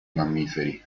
mammiferi